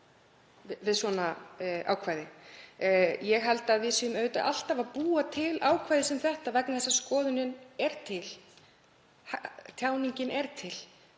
við svona ákvæði. Ég held að við séum alltaf að búa til ákvæði sem þetta vegna þess að skoðunin er til. Tjáningin er til.